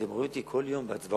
אתם רואים אותי כל יום בהצבעות,